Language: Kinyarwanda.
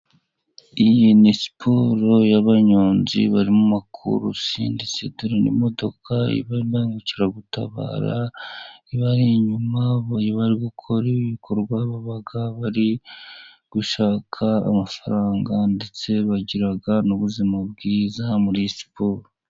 Iyi ni siporo y'abanyonzi bari mu makurusi，ndetse dore n'imodoka y'imbangukiragutabara， ibari inyuma，iyo bari gukora ibi bikorwa， baba bari gushaka amafaranga， ndetse bagira n'ubuzima bwiza muri siporo.